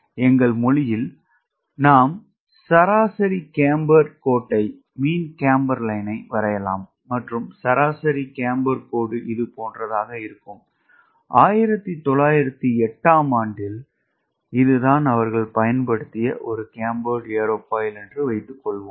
எங்கள் மொழியில் நாம் சராசரி கேம்பர் கோட்டை வரையலாம் மற்றும் சராசரி கேம்பர் கோடு இதுபோன்றதாக இருக்கும் 1908 ஆம் ஆண்டில் இதுதான் அவர்கள் பயன்படுத்திய ஒரு கேம்பர்டு ஏரோஃபாயில் என்று வைத்துக்கொள்வோம்